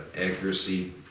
accuracy